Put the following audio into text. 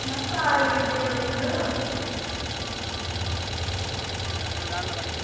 महां सारें ई लेई आएओ तुस